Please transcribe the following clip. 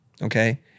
Okay